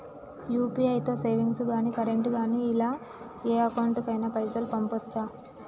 UPI తో savings గాని current గాని ఇలా ఏ అకౌంట్ కైనా పైసల్ పంపొచ్చా?